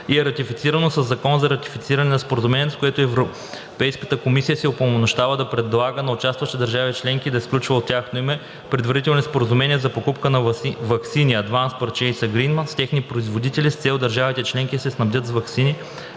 и е ратифицирано със Закон за ратифициране на Споразумението, с което Европейската комисия се упълномощава да предлага на участващите държави членки и да сключва от тяхно име предварителни споразумения за покупка на ваксини („Advance Purchase Agreement“) с техни производители с цел държавите членки да се снабдят с ваксини